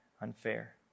unfair